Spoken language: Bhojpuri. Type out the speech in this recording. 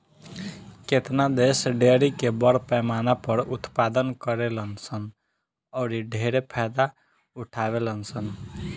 केतना देश डेयरी के बड़ पैमाना पर उत्पादन करेलन सन औरि ढेरे फायदा उठावेलन सन